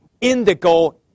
indigo